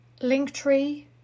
Linktree